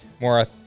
more